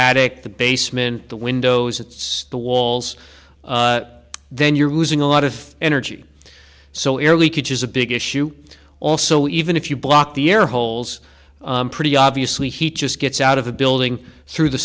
attic the basement the windows it's the walls then you're losing a lot of energy so early could use a big issue also even if you block the air holes pretty obviously he just gets out of the building through the